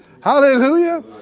hallelujah